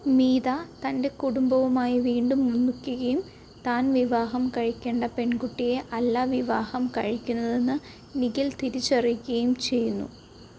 മീത തൻ്റെ കുടുംബവുമായി വീണ്ടും ഒന്നിക്കുകയും താൻ വിവാഹം കഴിക്കേണ്ട പെൺകുട്ടിയെ അല്ല വിവാഹം കഴിക്കുന്നതെന്ന് നിഖിൽ തിരിച്ചറിയുകയും ചെയ്യുന്നു